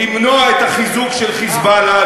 למנוע את החיזוק של "חיזבאללה",